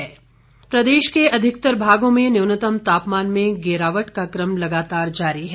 मौसम प्रदेश के अधिकतर भागों में न्यूनतम तापमान में गिरावट का क्रम लगातार जारी है